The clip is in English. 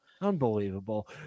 Unbelievable